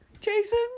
Jason